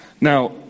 Now